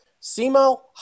Simo